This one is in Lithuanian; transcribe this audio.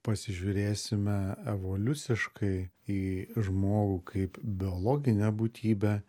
pasižiūrėsime evoliuciškai į žmogų kaip biologinę būtybę